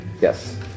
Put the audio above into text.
Yes